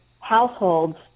households